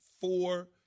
four